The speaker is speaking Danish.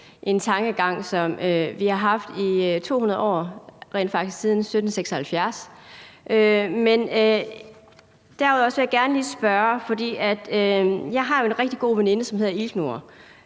en tankegang, som vi har haft i 200 år, rent faktisk siden 1776. Men derudover vil jeg gerne lige stille et spørgsmål. Jeg har jo en rigtig god veninde, som hedder Ilknur,